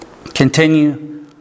Continue